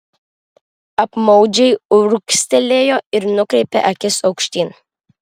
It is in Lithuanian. apmaudžiai urgztelėjo ir nukreipė akis aukštyn